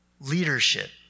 leadership